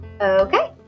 Okay